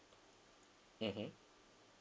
mmhmm